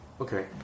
Okay